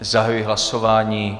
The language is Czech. Zahajuji hlasování.